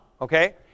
okay